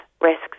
risks